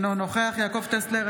אינו נוכח יעקב טסלר,